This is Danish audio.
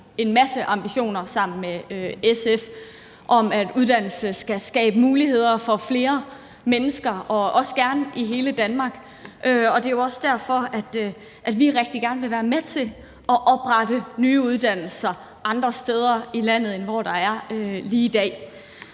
en masse ambitioner sammen med SF om, at uddannelse skal skabe muligheder for flere mennesker og også gerne i hele Danmark. Det er jo også derfor, at vi rigtig gerne vil være med til at oprette nye uddannelser andre steder i landet, end hvor de er lige i dag.